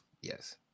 Yes